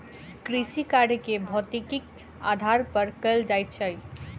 कृषिकार्य के भौतिकीक आधार पर कयल जाइत छै